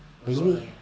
maybe